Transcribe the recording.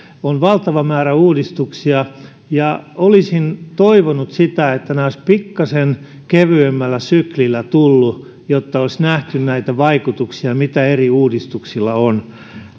on valtava määrä uudistuksia ja olisin toivonut sitä että nämä olisivat pikkasen kevyemmällä syklillä tulleet jotta olisi nähty näitä vaikutuksia mitä eri uudistuksilla on